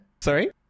Sorry